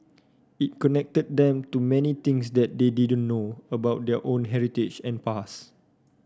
it connected them to many things that they didn't know about their own heritage and past